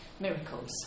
miracles